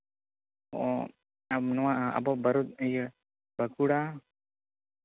ᱚ ᱱᱚᱣᱟ ᱟᱵᱚ ᱵᱟᱨᱩ ᱵᱟᱸᱠᱩᱲᱟ